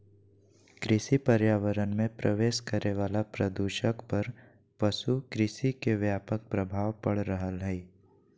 कृषि पर्यावरण मे प्रवेश करे वला प्रदूषक पर पशु कृषि के व्यापक प्रभाव पड़ रहल हई